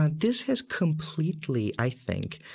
ah this has completely, i think,